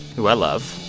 who i love.